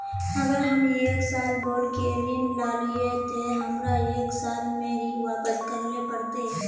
अगर हम एक साल बोल के ऋण लालिये ते हमरा एक साल में ही वापस करले पड़ते?